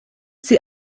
sie